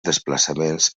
desplaçaments